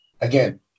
again